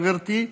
גברתי,